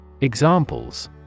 Examples